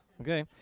Okay